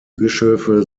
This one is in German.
bischöfe